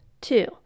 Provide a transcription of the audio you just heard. Two